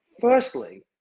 firstly